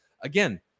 again